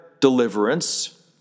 deliverance